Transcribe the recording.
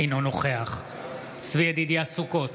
אינו נוכח צבי ידידיה סוכות,